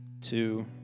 two